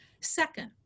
Second